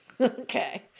Okay